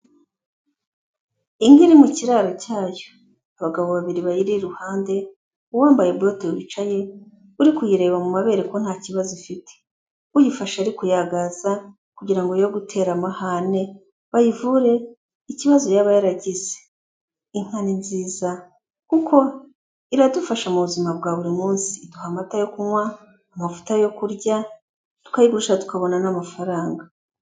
Inka iri mu kiraro cyayo, abagabo babiri bayiri iruhande, uwambaye bote wicaye uri kuyireba mu mabere ko nta kibazo ifite, uyifashe ari kuyagaza kugira ngo yo gutera amahane bayivure ikibazo yaba yaragize. Inka ni nziza kuko iradufasha mu buzima bwa buri munsi, iduha amata yo kunywa, amavuta yo kurya, tukayigurisha tukabona n'amafaranga.